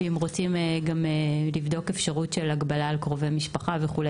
ואם גם רוצים לבדוק אפשרות של הגבלה על קרובי משפחה וכו'.